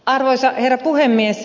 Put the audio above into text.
arvoisa herra puhemies